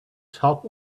top